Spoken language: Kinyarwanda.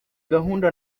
gahunda